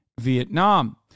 Vietnam